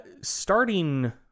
starting